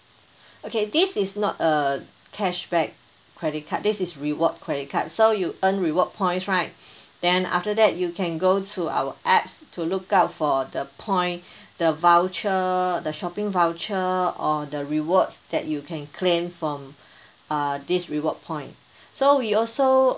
okay this is not a cashback credit card this is reward credit card so you earn reward points right then after that you can go to our apps to look out for the point the voucher the shopping voucher or the rewards that you can claim from uh this reward point so we also